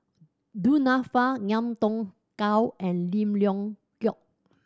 Du Nanfa Ngiam Tong Dow and Lim Leong Geok